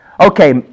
Okay